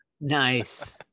Nice